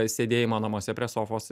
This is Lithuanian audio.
sėdėjimo namuose prie sofos